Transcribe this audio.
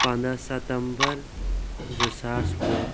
پَنٛدہ سَتمبَر زٕ ساس وُہ